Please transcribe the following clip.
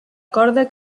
corda